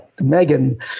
Megan